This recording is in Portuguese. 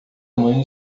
mãe